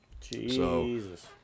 Jesus